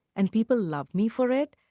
and people love me for it,